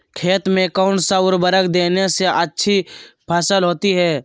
खेत में कौन सा उर्वरक देने से अच्छी फसल होती है?